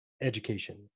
education